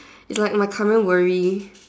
you like my coming worry